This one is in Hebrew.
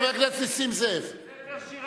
אדוני היושב-ראש,